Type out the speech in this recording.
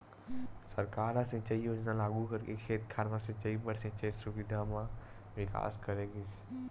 सरकार ह सिंचई योजना लागू करके खेत खार म सिंचई बर सिंचई सुबिधा म बिकास करे गिस